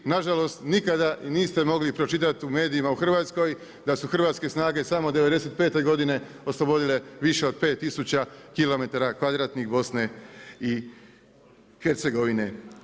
Na žalost nikada niste mogli pročitati u medijima u Hrvatskoj da su hrvatske snage samo '95. godine oslobodile više od 5000 km2 Bosne i Hercegovine.